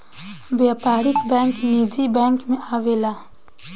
व्यापारिक बैंक निजी बैंक मे आवेला